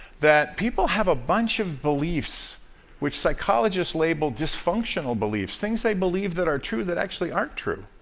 that people have a bunch of beliefs which psychologists label dysfunctional beliefs, things they believe that are true that actually aren't true,